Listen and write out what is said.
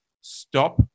stop